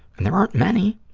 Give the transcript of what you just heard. and there aren't many.